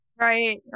Right